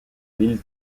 ville